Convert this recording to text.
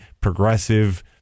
progressive